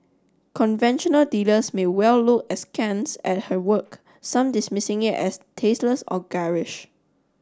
conventional dealers may well look askance at her work some dismissing it as tasteless or garish